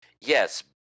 Yes